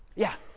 yeah.